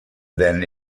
than